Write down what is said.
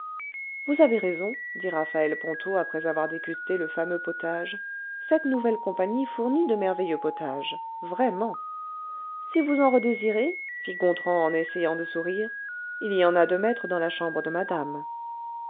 vous avez raison dit raphaël ponto après avoir dégusté le fameux potage cette nouvelle compagnie fournit de merveilleux potages vraiment si vous en redésirez fit gontran en essayant de sourire il y en a deux mètres dans la chambre de madame